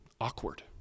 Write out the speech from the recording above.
awkward